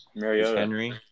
Henry